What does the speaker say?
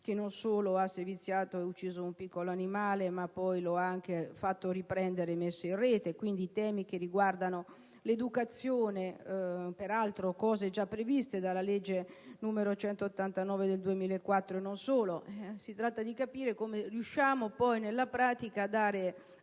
che non solo ha seviziato e ucciso un piccolo animale, ma ha anche fatto riprendere l'episodio e l'ha messo in rete; quindi, temi che riguardano l'educazione, peraltro già previsti dalla legge n. 189 del 2004, e non solo. Si tratta di capire come riusciamo poi, nella pratica, a dare